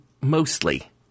mostly